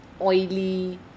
oily